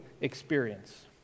experience